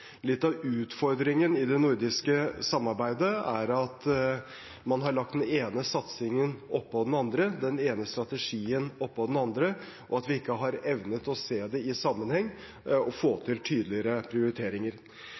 Litt av utfordringen i det nordiske samarbeidet er at man har lagt den ene satsingen oppå den andre, den ene strategien oppå den andre, og at vi ikke har evne til å se det i sammenheng og få til tydeligere prioriteringer.